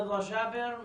רדא ג'אבר,